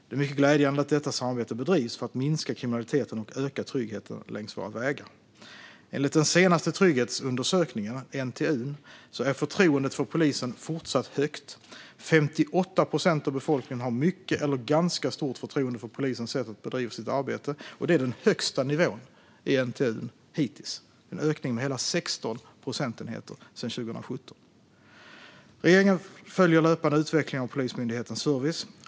Det är mycket glädjande att detta samarbete bedrivs för att minska kriminaliteten och öka tryggheten längs våra vägar. Enligt den senaste trygghetsundersökningen, NTU, är förtroendet för polisen fortsatt högt. 58 procent av befolkningen har mycket eller ganska stort förtroende för polisens sätt att bedriva sitt arbete. Detta är den högsta nivån i NTU hittills, och det är en ökning med hela 16 procentenheter sedan 2017. Regeringen följer löpande utvecklingen av Polismyndighetens service.